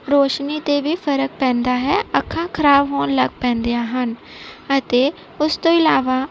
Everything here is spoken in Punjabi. ਰੋਸ਼ਨੀ 'ਤੇ ਵੀ ਫ਼ਰਕ ਪੈਂਦਾ ਹੈ ਅੱਖਾਂ ਖਰਾਬ ਹੋਣ ਲੱਗ ਪੈਂਦੀਆਂ ਹਨ ਅਤੇ ਉਸ ਤੋਂ ਇਲਾਵਾ